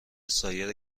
سایر